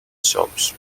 shops